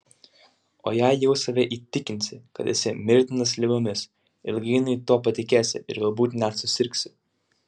o jei jau save įtikinsi kad esi mirtinas ligomis ilgainiui tuo patikėsi ir galbūt net susirgsi